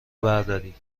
برداری